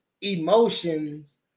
emotions